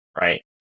right